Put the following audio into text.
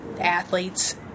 athletes